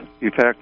effect